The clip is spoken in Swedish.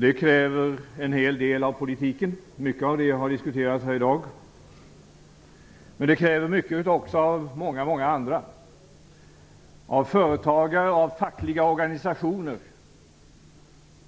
Det kräver en hel del av politiken. Mycket av det har diskuterats här i dag. Men det kräver också mycket av många andra - av företagare, av fackliga organisationer